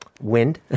wind